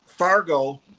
Fargo